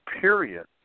period